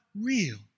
real